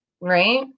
right